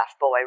boy